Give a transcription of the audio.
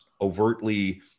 overtly